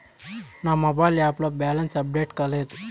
నా mobile app లో balance update కాలేదు